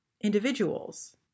individuals